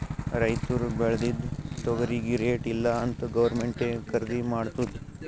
ರೈತುರ್ ಬೇಳ್ದಿದು ತೊಗರಿಗಿ ರೇಟ್ ಇಲ್ಲ ಅಂತ್ ಗೌರ್ಮೆಂಟೇ ಖರ್ದಿ ಮಾಡ್ತುದ್